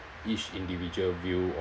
each individual view